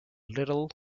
little